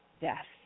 death